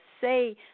say